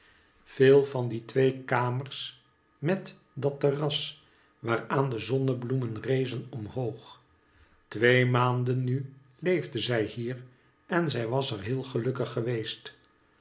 veel van die twee kamers met dat terras waaraan de zonnebloemen rezen omhoog twee maanden nu leefden zij hier en zij was er heel gelukkig geweest